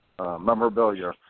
memorabilia